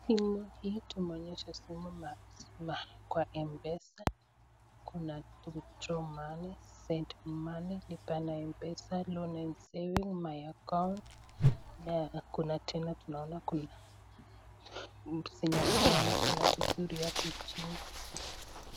Simu hii inaonyesha tuko kwa , kuna send money , withdraw money, lipa na mpesa, loans and savings, my account , na tena tunaona kuna zenye hazijaonekana vizuri hapo chini.